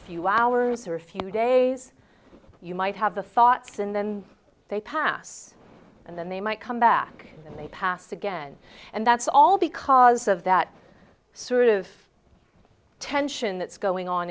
few hours or few days you might have the thoughts and then they pass and then they might come back and they pass again and that's all because of that sort of tension that's going on